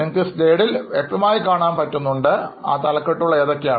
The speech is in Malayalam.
നിങ്ങളുടെ എല്ലാ ചെലവുകളും ആ തലക്കെട്ടുകളിൽ ഉൾപ്പെടുത്തണം